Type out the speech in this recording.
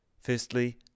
Firstly